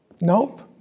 Nope